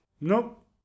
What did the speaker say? Nope